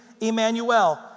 Emmanuel